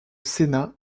sénat